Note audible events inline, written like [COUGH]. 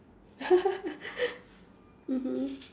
[LAUGHS] mmhmm